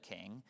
king